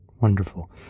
Wonderful